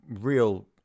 real